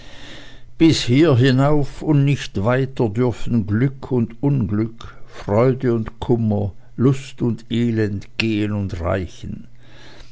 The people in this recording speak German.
bis hier hinauf und nicht weiter dürfen glück und unglück freude und kummer lust und elend gehen und reichen